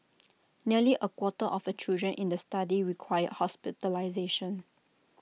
nearly A quarter of A children in the study required hospitalisation